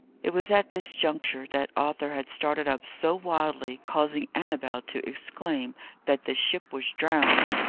it was at this juncture that arthur had started up so wildly, causing annabel to exclaim that the ship was drowned.